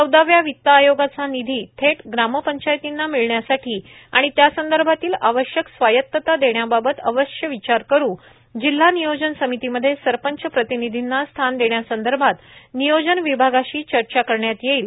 चौदाव्या वित्त आयोगाचा निधी थेटपणे ग्रामपंचायतींना मिळण्यासाठी आणि त्यासंदर्भातील आवश्यक स्वायत्तता देण्याबाबत अवश्य विचार करु जिल्हा नियोजन समितीमध्ये सरपंच प्रतिनिधींना स्थान देण्यासंदर्भात नियोजन विभागाशी चर्चा करण्यात येईल